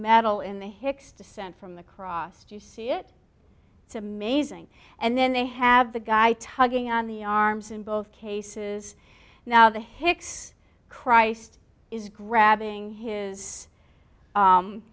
metal in the hicks descent from the cross you see it to mazing and then they have the guy tugging on the arms in both cases now the hicks christ is grabbing his